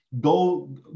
go